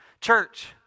Church